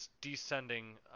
descending